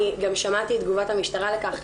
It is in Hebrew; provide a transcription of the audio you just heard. אני גם שמעתי את תגובת המשטרה לכך.